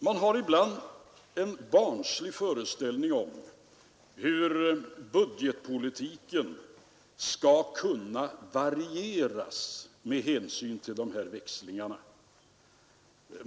Man har ibland en barnslig föreställning om hur budgetpolitiken skall kunna varieras med hänsyn till dessa växlingar.